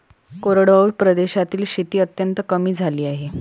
कोरडवाहू प्रदेशातील शेती अत्यंत कमी झाली आहे